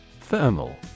Thermal